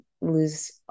lose